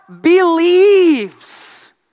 believes